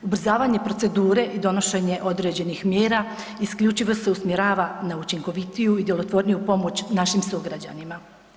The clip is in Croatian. Ubrzavanje procedure i donošenje određenih mjera isključivo se usmjerava na učinkovitiju i djelotvorniju pomoć našim sugrađanima.